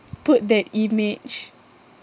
put that image